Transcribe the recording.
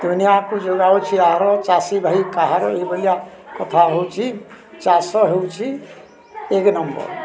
ଦୁନିଆକୁ ଯୋଗାଉଛି ଆହାର ଚାଷୀ ଭାଇ କାହାର ଏଇ ଭଲିଆ କଥା ହେଉଛି ଚାଷ ହେଉଛି ଏକ ନମ୍ବର୍